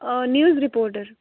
آ news reporter